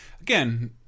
Again